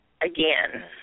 again